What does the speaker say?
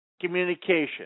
communication